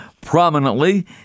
prominently